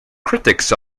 critics